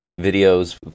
videos